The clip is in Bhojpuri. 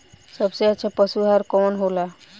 सबसे अच्छा पशु आहार कवन हो ला?